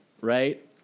right